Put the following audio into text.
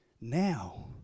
now